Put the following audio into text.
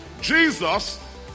Jesus